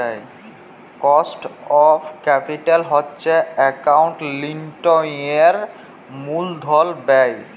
cost of capital হছে একাউল্টিংয়ের মূলধল ব্যায়